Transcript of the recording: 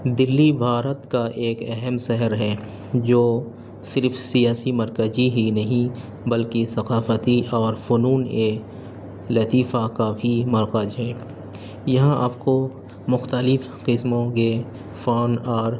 دلی بھارت کا ایک اہم شہر ہے جو صرف سیاسی مرکزی ہی نہیں بلکہ ثقافتی اور فنون ا لطیفہ کا بھی مرکز ہے یہاں آپ کو مختلف قسموں کے فنون اور